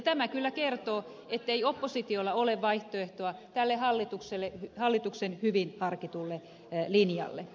tämä kyllä kertoo ettei oppositiolla ole vaihtoehtoa tälle hallituksen hyvin harkitulle linjalle